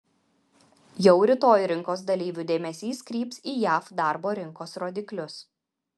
jau rytoj rinkos dalyvių dėmesys kryps į jav darbo rinkos rodiklius